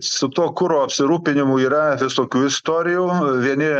su tuo kuro apsirūpinimu yra visokių istorijų vieni